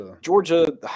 Georgia